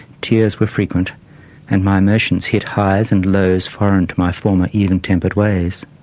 tears were frequent and my emotions hit highs and lows foreign to my former even-tempered ways.